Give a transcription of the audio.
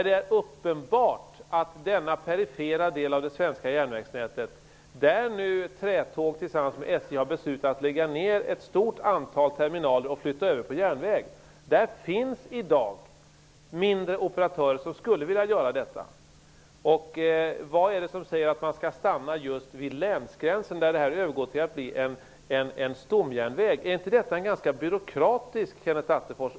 Det är uppenbart att det för den perifera del av det svenska järnvägsnätet där Trätåg tillsammans med SJ nu har beslutat att lägga ned ett stort antal terminaler och flytta över transporterna till järnväg i dag finns mindre operatörer som skulle vilja trafikera banan. Vad säger vidare att man skall stanna just vid länsgränsen, där banan övergår till att bli en stomjärnväg? Är inte detta en ganska byråkratisk uppdelning, Kenneth Attefors?